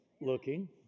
looking